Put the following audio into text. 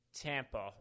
Tampa